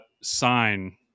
sign